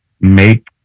make